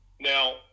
Now